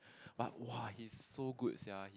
but !wah! he's so good sia